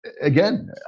Again